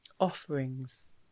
offerings